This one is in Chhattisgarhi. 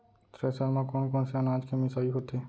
थ्रेसर म कोन कोन से अनाज के मिसाई होथे?